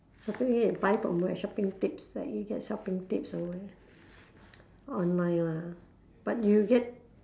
shopping already you buy from where shopping tips like you get shopping tips from where online lah but you get